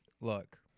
Look